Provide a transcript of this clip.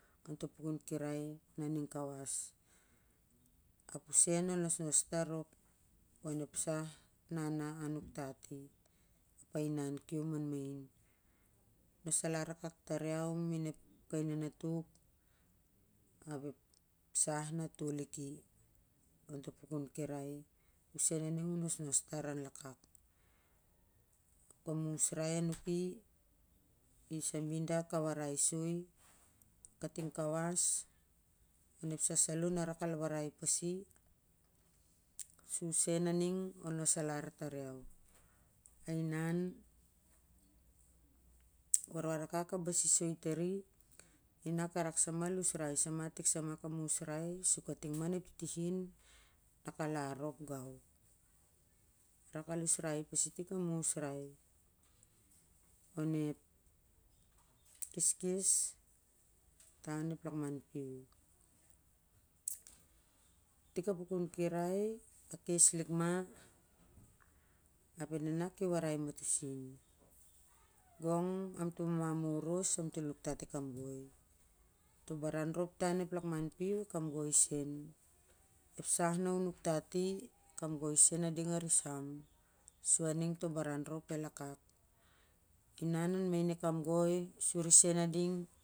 Topu kun iseri ning kauas ep u sen al nos tariog on ep al nas bug mam ki nanatug ep sah na tol tol link e on topukun kinsi usen u a ning u nosnos tar lakan. Kam usarai i sama i da ka warai soi kating kauas ap ep sah salo na rak al warai pasi u sen aning ka basi soi tari. A rak al usrai i tik sama kam i usrai sur kating on ep titihin na kal a rop tam lakman pui tik a pukun kirai a kas lik ma ep a nana ki wari mato sin goring am to mamam oras am tol mas nuk tat ep kamgi to buran rop tan lak kamgi sen a ding a risom su na ning to baran rop al wakwak.